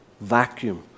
vacuum